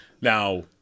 Now